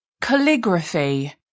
Calligraphy